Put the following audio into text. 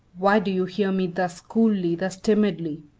why do you hear me thus coolly, thus timidly?